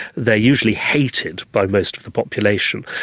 they are usually hated by most of the population.